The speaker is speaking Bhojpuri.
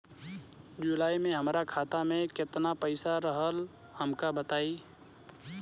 जुलाई में हमरा खाता में केतना पईसा रहल हमका बताई?